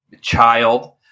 child